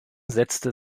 setzte